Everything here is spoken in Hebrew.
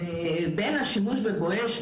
בין השימוש ב"בואש",